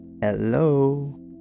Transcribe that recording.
Hello